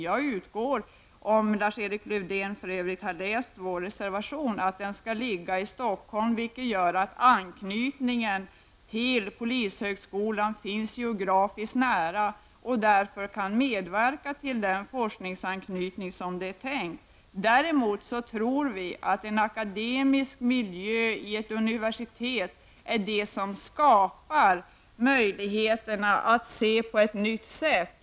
Jag utgår från att denna professur skall förläggas till Stockholm -- vilket Lars-Erik Lövdén kan utläsa i vår reservation -- vilket gör att anknytningen till polishögskolan finns geografiskt nära. Då kan denna professur medverka till den forskningsanknytning som det är tänkt. Däremot tror vi att att en akademisk miljö i ett universitet är det som skapar möjligheterna för att man skall se saker på ett nytt sätt.